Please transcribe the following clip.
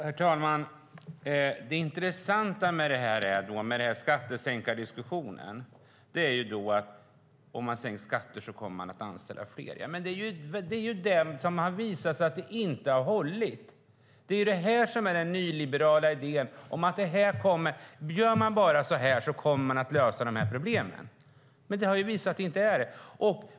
Herr talman! Det intressanta med skattesänkardiskussionen är resonemanget att om man sänker skatter kommer fler att bli anställda. Det har ju visat sig att detta inte håller! Detta är den nyliberala idén. Man tror att man kan lösa problemen på det här sättet, men det har visat sig att det inte stämmer.